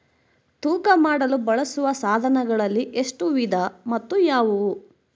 ತೂಕ ಮಾಡಲು ಬಳಸುವ ಸಾಧನಗಳಲ್ಲಿ ಎಷ್ಟು ವಿಧ ಮತ್ತು ಯಾವುವು?